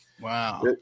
Wow